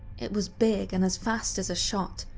it was big and as fast as a shot,